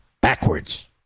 backwards